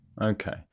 okay